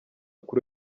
kuri